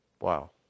Wow